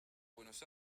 buenos